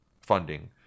funding